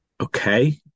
okay